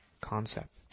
concept